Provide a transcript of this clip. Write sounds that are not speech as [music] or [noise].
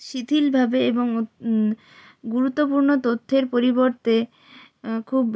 শিথিলভাবে এবং [unintelligible] গুরুত্বপূর্ণ তথ্যের পরিবর্তে ও খুব